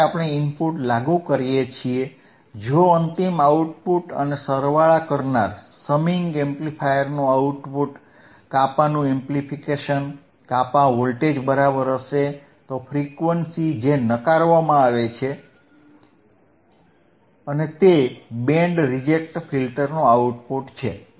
જ્યારે આપણે ઇનપુટ લાગુ કરીએ છીએ જો અંતિમ આઉટપુટ અને સરવાળા કરનાર એમ્પ્લીફાયરનું આઉટપુટ કાપાનું એમ્પ્લીફિકેશન કાપા વોલ્ટેજ બરાબર હશે તો ફ્રીક્વન્સી જે નકારવામાં આવે છે અને તે બેન્ડ રિજેક્ટ ફિલ્ટરનું આઉટપુટ છે